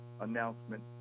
announcement